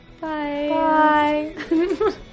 Bye